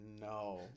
no